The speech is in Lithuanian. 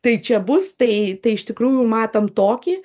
tai čia bus tai tai iš tikrųjų matom tokį